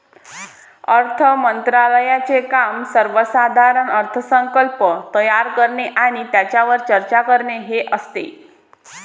अर्थ मंत्रालयाचे काम सर्वसाधारण अर्थसंकल्प तयार करणे आणि त्यावर चर्चा करणे हे असते